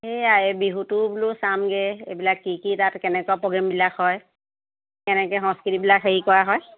এইয়া এই বিহুটো বোলো চামগৈ এইবিলাক কি কি তাত কেনেকুৱা প্ৰ'গ্ৰেমবিলাক হয় কেনেকৈ সংস্কৃতিবিলাক হেৰি কৰা হয়